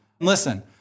Listen